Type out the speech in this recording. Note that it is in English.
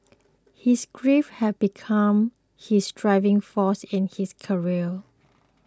his grief had become his driving force in his career